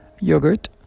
yogurt